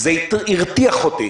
זה הרתיח אותי,